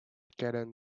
garden